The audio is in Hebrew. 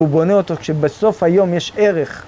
הוא בונה אותו כשבסוף היום יש ערך.